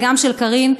וגם של קארין,